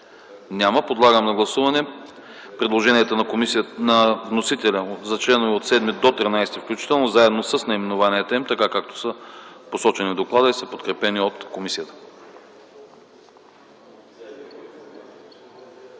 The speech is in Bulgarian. Няма. Подлагам на гласуване предложението на вносителя за членове от 7 до 13 включително, заедно с наименованията им, посочени в доклада, подкрепени от комисията.